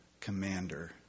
commander